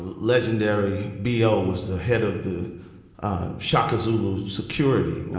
legendary. baeo was the head of the shaka zulu security.